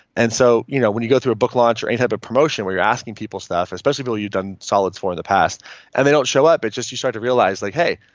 and so you know when you go through a book launch or any type of promotion where you're asking people stuff, especially people you've done solids for in the past and they don't show up, it's just you start to realize like hey,